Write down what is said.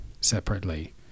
separately